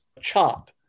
chop